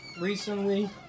recently